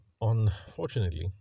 unfortunately